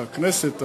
את הכנסת.